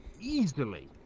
easily